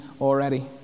already